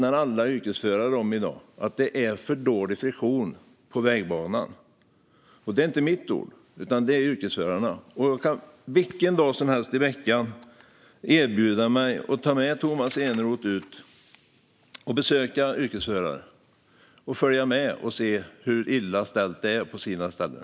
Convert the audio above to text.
Alla yrkesförare vittnar i dag om att det är för dålig friktion på vägbanan. Det är inte mitt ord, utan yrkesförarnas. Jag kan vilken dag som helst i veckan erbjuda mig att ta med Tomas Eneroth ut för att besöka yrkesförare och följa med och se hur illa ställt det är på sina ställen.